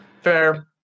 fair